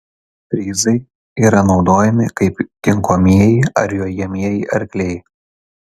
fryzai yra naudojami kaip kinkomieji ar jojamieji arkliai